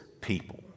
people